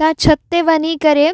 तव्हां छत ते वञी करे